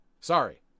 Sorry